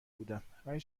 بودم، ولی